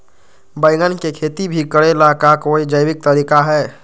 बैंगन के खेती भी करे ला का कोई जैविक तरीका है?